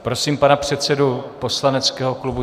Prosím pana předsedu poslaneckého klubu ČSSD.